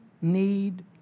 need